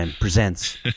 presents